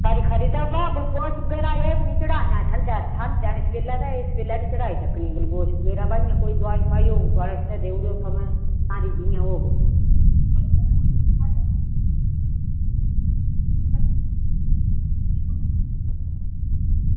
बाऽ खरी खरी एह् ग्लूकोज़ निं चढ़ायो ठंडा इसलै ठंड ऐ ते इस बेल्लै निं चढ़ाई सकदी ग्लूकोज़ ते मेरे आस्तै थुआढ़े कश होग कोई दोआई ते देई ओड़ेओ